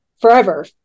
forever